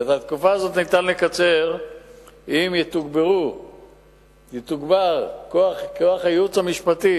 את התקופה הזאת ניתן לקצר אם יתוגבר כוח הייעוץ המשפטי